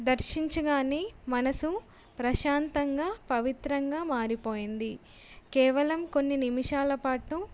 దర్శించగానే మనసు ప్రశాంతంగా పవిత్రంగా మారిపోయింది కేవలం కొన్ని నిమిషాల పాటు